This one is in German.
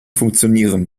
funktionieren